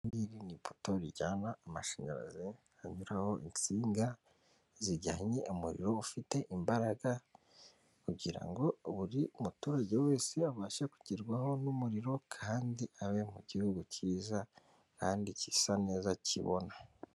Iri ngiri ni ipoto rijyana amashanyarazi, hanyuraho insinga zijyanye umuriro ufite imbaraga, kugira ngo buri muturage wese abashe kugerwaho n'umuriro kandi abe mu gihugu kiza kandi gisa neza kibona.